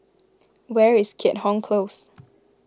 where is Keat Hong Close